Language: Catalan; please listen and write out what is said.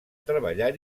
treballar